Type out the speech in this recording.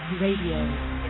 RADIO